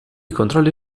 controlli